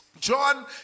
John